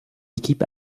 équipe